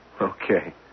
Okay